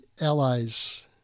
Allies